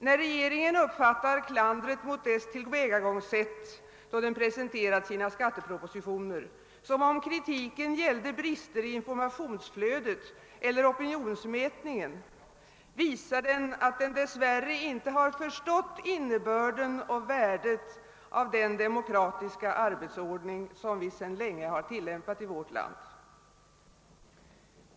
När regeringen uppfattar klandret mot dess tillvägagångssätt vid presentationen av dess skattepropositioner som om kritiken gällde brister i informationsflödet eller opinionsmätningen visar den, att den dess värre inte förstått innebörden och värdet av den demokratiska arbetsordning som vi sedan länge tillämpat i vårt land.